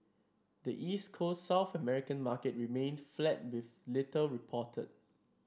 the East Coast South American market remained flat with little reported